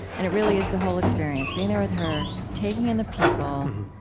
and it really is the whole experience, being there with her, taking in the people,